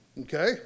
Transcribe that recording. okay